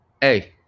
Hey